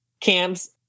camps